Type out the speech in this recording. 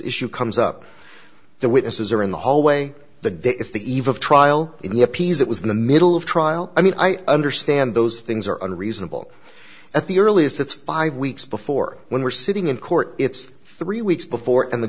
issue comes up the witnesses are in the hallway the it's the eve of trial in the appease it was in the middle of trial i mean i understand those things are unreasonable at the earliest it's five weeks before when we're sitting in court it's three weeks before and the